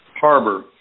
Harbor